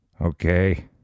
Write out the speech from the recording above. okay